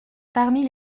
parmi